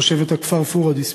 תושבת הכפר פוריידיס,